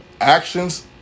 actions